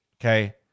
okay